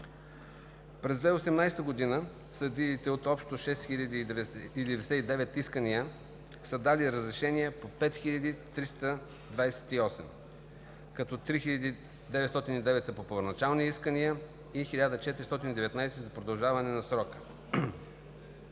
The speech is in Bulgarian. През 2018 г. съдиите от общо 6099 искания са дали разрешения по 5328, като 3909 са по първоначални искания и 1419 за продължаване на срока.